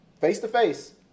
face-to-face